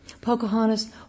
Pocahontas